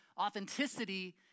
Authenticity